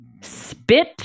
spit